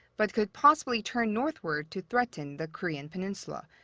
but could possibly turn northward to threaten the korean peninsula,